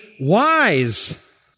Wise